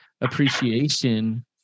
appreciation